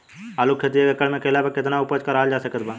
आलू के खेती एक एकड़ मे कैला पर केतना उपज कराल जा सकत बा?